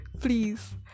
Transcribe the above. please